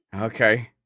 Okay